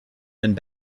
and